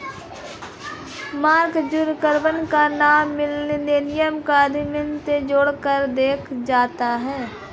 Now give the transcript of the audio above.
mark Zuckerberg का नाम मिल्लेनियल उद्यमिता से जोड़कर देखा जाता है